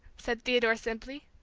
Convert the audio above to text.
said theodore, simply.